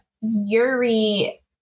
yuri